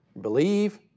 Believe